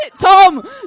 Tom